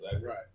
Right